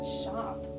shop